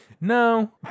No